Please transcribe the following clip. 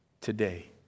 today